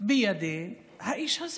בידי האיש הזה.